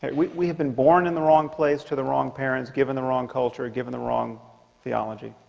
and we we have been born in the wrong place to the wrong parents given the wrong culture given the wrong theology